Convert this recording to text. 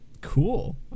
cool